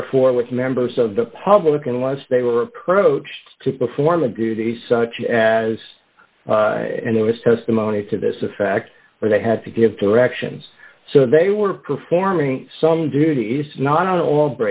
therefore with members of the public unless they were approach to perform a duty such as and there was testimony to this effect where they had to give directions so they were performing some duties not